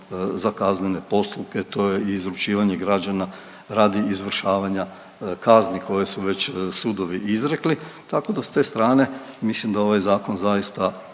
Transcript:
za kaznene postupke, to je izručivanje građana radi izvršavanja kazni koje su već sudovi izrekli, tako da s te strane, mislim da ovaj Zakon zaista